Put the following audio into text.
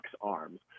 arms